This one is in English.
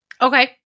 Okay